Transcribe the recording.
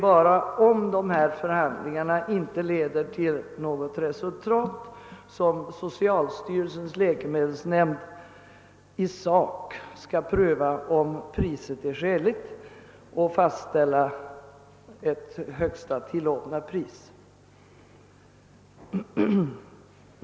Endast om dessa förhandlingar inte leder till något resultat, skulle socialstyrelsens läkemedelsnämnd i sak pröva, om priset blir skäligt och fastställa det högsta tillåtna priset.